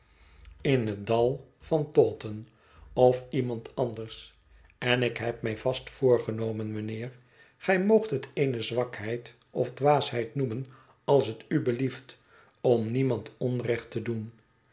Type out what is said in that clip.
in het dal van taunton of iemand anders en ik heb mij vast voorgenomen mijnheer gij moogt het eene zwakheid of dwaasheid noemen als het u belieft om niemand onrecht té doen